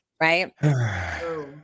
Right